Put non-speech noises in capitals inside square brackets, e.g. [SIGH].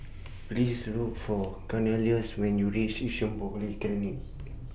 Please Look For Cornelius when YOU REACH Yishun Polyclinic [NOISE]